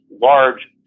large